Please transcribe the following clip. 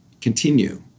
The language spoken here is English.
continue